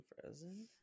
Frozen